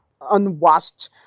unwashed